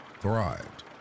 thrived